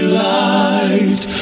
light